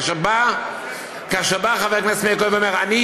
כאשר בא חבר כנסת מאיר כהן ואומר: אני,